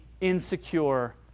insecure